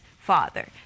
father